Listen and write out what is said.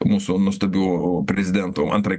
mūsų nuostabiu prezidentu antrai